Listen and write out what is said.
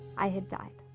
i had died.